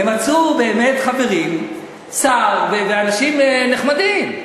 הם מצאו באמת חברים, שר ואנשים נחמדים,